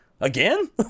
Again